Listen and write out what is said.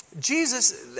Jesus